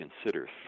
consider